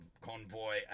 convoy